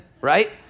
right